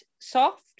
soft